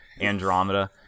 Andromeda